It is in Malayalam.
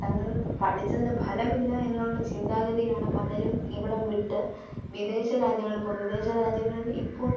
തങ്ങൾ പഠിച്ചതിന് ഫലമില്ല എന്നുള്ള ചിന്താഗതിയിലാണ് പലരും ഇവിടം വിട്ട് വിദേശരാജ്യങ്ങളിൽ പോയി വിദേശരാജ്യങ്ങളിൽ ഇപ്പോൾ